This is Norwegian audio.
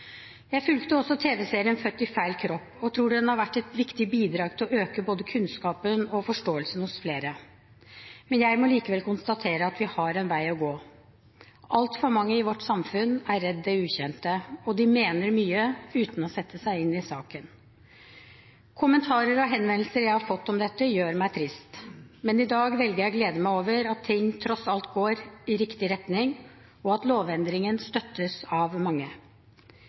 Jeg fulgte tv-serien «Født i feil kropp» og tror den har vært et viktig bidrag til å øke både kunnskapen og forståelsen hos flere. Jeg må likevel konstatere at vi har en vei å gå. Altfor mange i vårt samfunn er redde for det ukjente, og de mener mye uten å sette seg inn i saken. Kommentarer og henvendelser jeg har fått om dette, gjør meg trist. Men i dag velger jeg å glede meg over at ting tross alt går i riktig retning, og at lovendringen støttes av mange.